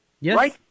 Yes